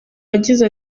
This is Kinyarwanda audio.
yagize